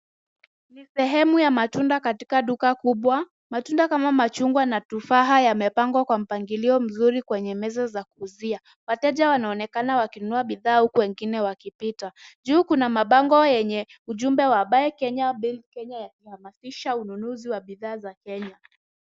Ni sehemu ya matunda katika duka kubwa. Matunda kama machungwa na tufaha yamepangwa kwa mpangilio mzuri kwenye meza za kuuzia. Wateja wanaonekana wakinunua bidhaa huku wengine wakipita. Juu kuna mabango yenye ujumbe wa Buy Kenya, Build Kenya yakihamasisha ununuzi wa bidhaa za Kenya.